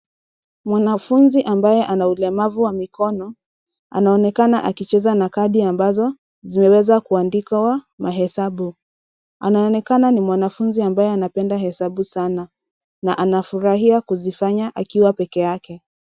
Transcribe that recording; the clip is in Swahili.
Mwanafunzi ambaye ana ulemavi wa mikono anaonekana akicheza na kadi ambazo zimeweza kuandikwa mahesabu. Anaonekana ni mwanafunzi ambaye anapenda hesabu sana na anafurahia kuzifanya akiwa pekeyake.